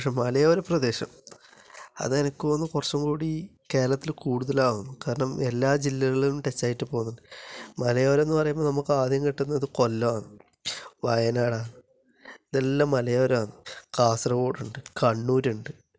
പക്ഷെ മലയോര പ്രദേശം അതെനിക്ക് തോന്നുന്നു കുറച്ചും കൂടി കേരളത്തില് കൂടുതലാണെന്ന് കാരണം എല്ലാ ജില്ലകളിലും രസമായിട്ട് പോകുന്നുണ്ട് മലയോരം എന്നു പറയുമ്പോൾ നമുക്കാദ്യം കിട്ടുന്നത് കൊല്ലമാണ് വയനാടാണ് ഇതെല്ലാം മലയോരമാണ് കാസർഗോഡുണ്ട് കണ്ണൂരുണ്ട്